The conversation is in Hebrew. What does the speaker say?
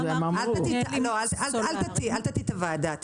אל תטעי את הוועדה.